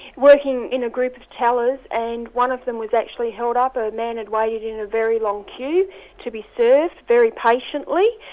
working in a group of tellers, and one of them was actually held up, a a man had waited in a very long queue to be served, very patiently,